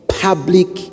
public